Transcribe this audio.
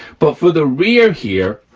but for the rear here,